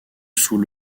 sous